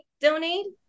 donate